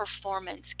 performance